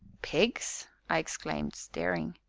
pigs? i exclaimed, staring.